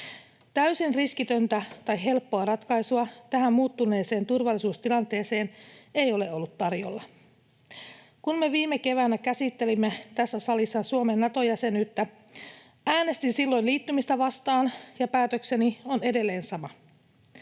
Täysin riskitöntä tai helppoa ratkaisua tähän muuttuneeseen turvallisuustilanteeseen ei ole ollut tarjolla. Kun me viime keväänä käsittelimme tässä salissa Suomen Nato-jäsenyyttä, äänestin silloin liittymistä vastaan, ja päätökseni on edelleen sama.